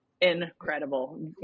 incredible